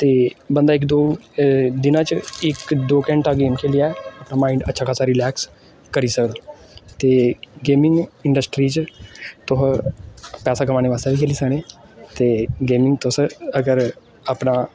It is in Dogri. ते बंदा इक दो दिनै च इक दो घैंटा गेम खेलियै अपना माइंड अच्छा खासा रिलैक्स करी सकदा ते गेमिंग इंडस्ट्री च तुस पैसा कमाने बास्तै बी खेली सकने ते गेमिंग तुस अगर अपना